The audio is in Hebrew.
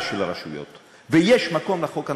של הרשויות ושיש מקום לחוק הנורבגי.